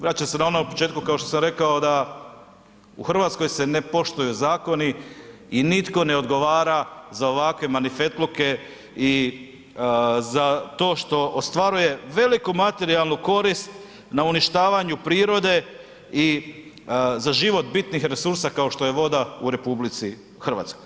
Vraćam se na ono u početku kao što sam rekao da u RH se ne poštuju zakoni i nitko ne odgovara za ovakve manifetluke i za to što ostvaruje veliku materijalnu korist na uništavanju prirode i za život bitnih resursa kao što je voda u RH.